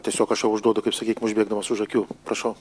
tiesiog aš čia užduodu kaip sakyt užbėgdamas už akių prašau